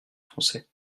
français